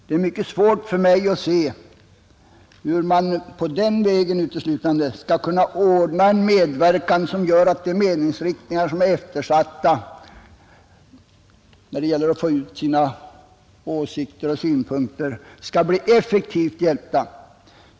Det är svårt för mig att se hur ett sådant skall kunna ordnas med den verkan att de meningsriktningar, som är eftersatta i fråga om att få ut sina åsikter och synpunkter, skall bli effektivt hjälpta.